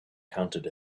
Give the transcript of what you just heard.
counted